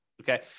okay